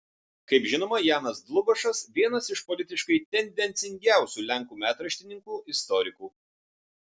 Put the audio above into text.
kaip žinoma janas dlugošas vienas iš politiškai tendencingiausių lenkų metraštininkų istorikų